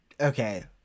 okay